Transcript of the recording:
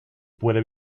puede